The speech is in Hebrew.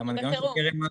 אנחנו בחירום.